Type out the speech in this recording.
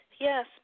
Yes